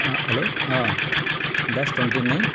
hello dash twenty nine